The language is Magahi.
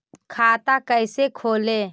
खाता कैसे खोले?